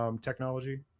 technology